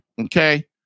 Okay